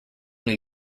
new